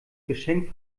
geschenk